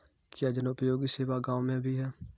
क्या जनोपयोगी सेवा गाँव में भी है?